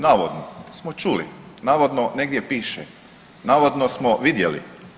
Navodno smo čuli, navodno negdje piše, navodno smo vidjeli.